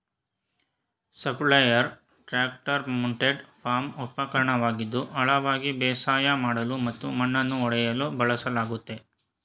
subsoiler tractor mounted farm ಉಪಕರಣವಾಗಿದ್ದು ಆಳವಾಗಿ ಬೇಸಾಯ ಮಾಡಲು ಮತ್ತು ಮಣ್ಣನ್ನು ಒಡೆಯಲು ಬಳಸಲಾಗ್ತದೆ